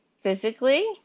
Physically